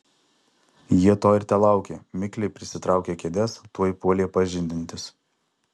jie to ir telaukė mikliai prisitraukę kėdes tuoj puolė pažindintis